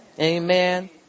amen